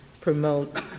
promote